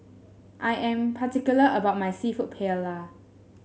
I am particular about my seafood Paella